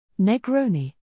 Negroni